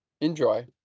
enjoy